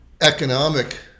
economic